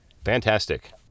Fantastic